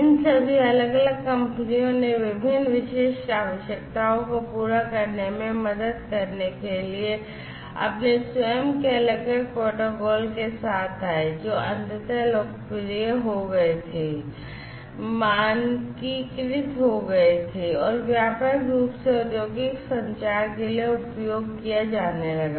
इन सभी अलग अलग कंपनियों ने विभिन्न विशिष्ट आवश्यकताओं को पूरा करने में मदद करने के लिए अपने स्वयं के अलग अलग प्रोटोकॉल के साथ आए जो अंततः लोकप्रिय हो गए थे मानकीकृत हो गए और व्यापक रूप से औद्योगिक संचार के लिए उपयोग किया जाने लगा